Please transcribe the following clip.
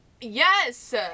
Yes